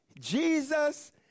Jesus